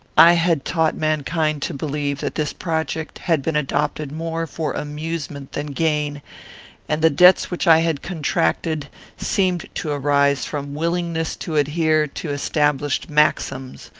i had taught mankind to believe that this project had been adopted more for amusement than gain and the debts which i had contracted seemed to arise from willingness to adhere to established maxims,